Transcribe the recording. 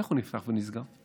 איך הוא נפתח ונסגר?